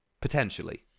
potentially